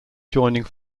joining